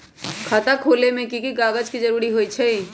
खाता खोले में कि की कागज के जरूरी होई छइ?